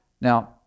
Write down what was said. Now